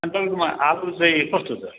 अनि तपाईँकोमा आलु चाहिँ कस्तो छ